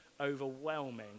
overwhelming